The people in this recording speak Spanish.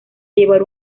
llevar